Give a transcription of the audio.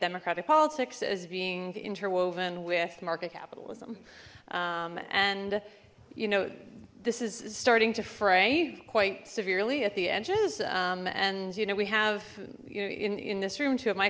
democratic politics as being interwoven with market capitalism and you know this is starting to fray quite severely at the edges and you know we have you know in in this room two of my